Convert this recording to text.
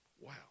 Wow